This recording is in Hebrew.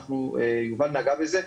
יובל נגע בזה,